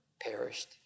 perished